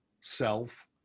self